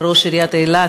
ראש עיריית אילת,